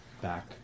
back